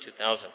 2000